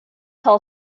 tell